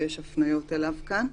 ויש הפניות אליו כאן.